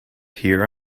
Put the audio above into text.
hear